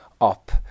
up